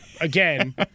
again